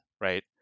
right